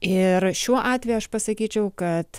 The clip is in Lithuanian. ir šiuo atveju aš pasakyčiau kad